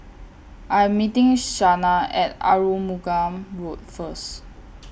I'm meeting Shanna At Arumugam Road First